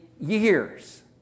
Years